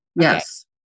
Yes